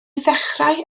ddechrau